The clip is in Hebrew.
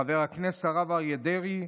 חבר הכנסת הרב אריה דרעי,